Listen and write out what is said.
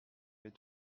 mais